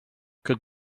could